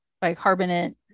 bicarbonate